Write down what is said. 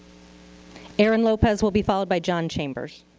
aaron lopez will be followed by john chambers.